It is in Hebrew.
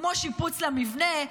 כמו שיפוץ למבנה,